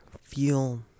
feel